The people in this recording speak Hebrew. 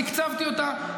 תקצבתי אותה,